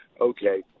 Okay